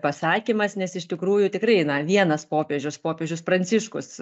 pasakymas nes iš tikrųjų tikrai na vienas popiežius popiežius pranciškus